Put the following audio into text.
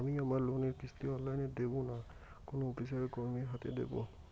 আমি আমার লোনের কিস্তি অনলাইন দেবো না কোনো অফিসের কর্মীর হাতে দেবো?